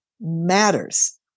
matters